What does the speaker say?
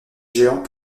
géant